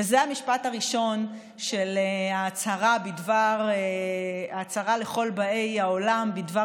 וזה המשפט הראשון של ההצהרה לכל באי העולם בדבר